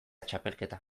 txapelketa